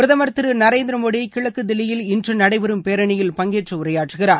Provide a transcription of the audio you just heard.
பிரதமர் திரு நரேந்திர மோடி கிழக்கு தில்லியில் இன்று நடைபெறும் பேரணியில் பங்கேற்று உரையாற்றுகிறார்